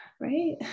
right